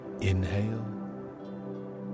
inhale